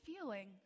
feeling